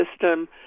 system